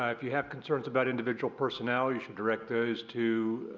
ah if you have concerns about individual personnel, you should direct those to